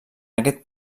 aquest